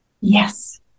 Yes